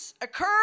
occurred